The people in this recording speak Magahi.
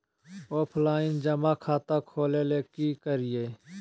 ऑफलाइन जमा खाता खोले ले की करिए?